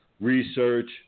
research